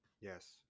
yes